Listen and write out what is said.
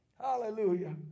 Hallelujah